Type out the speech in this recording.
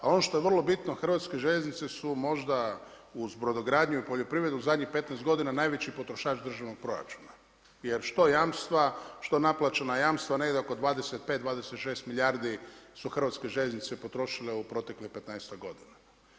Ali ono što je vrlo bitno, Hrvatske željeznice su možda uz brodogradnju i poljoprivredu zadnjih 15 godina najveći potrošač državnog proračuna, jer što jamstva, što naplaćena jamstva negdje oko 25, 26 milijardi su Hrvatske željeznice potrošile u proteklih 15-tak godina.